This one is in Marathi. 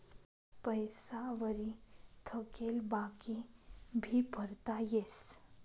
पैसा वरी थकेल बाकी भी भरता येस